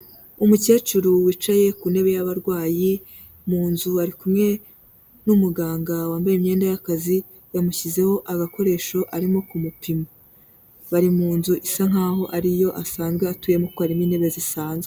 Umukecuru wicaye ku ntebe y'abarwayi mu nzu ari kumwe n'umuganga wambaye imyenda y'akazi yamushyizeho agakoresho arimo kumupima. Bari mu nzu isa nkaho ari iyo asanzwe atuyemo kuko harimo intebe zisanzwe.